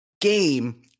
Game